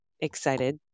excited